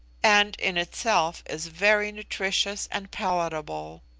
and in itself is very nutritious and palatable.